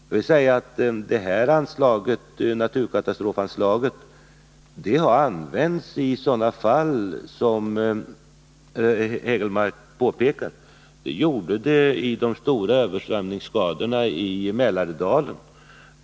Jag vill påpeka att detta naturkatastrofanslag har använts i sådana fall som Eric Hägelmark nämner. Det användes efter de stora översvämningsskadorna i Mälardalen.